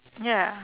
ya